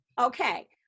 okay